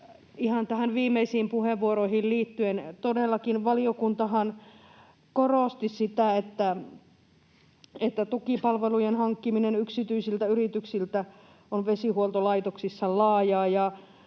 ihan näihin viimeisiin puheenvuoroihin liittyen: Todellakin valiokuntahan korosti sitä, että tukipalvelujen hankkiminen yksityisiltä yrityksiltä on vesihuoltolaitoksissa laajaa